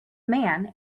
man